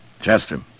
Chester